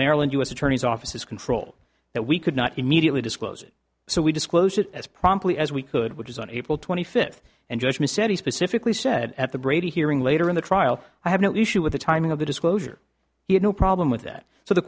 maryland u s attorney's office is controlled that we could not immediately disclose it so we disclosed it as promptly as we could which is on april twenty fifth and judgment said he specifically said at the brady hearing later in the trial i have no issue with the timing of the disclosure he had no problem with that so the